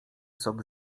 sok